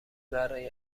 برای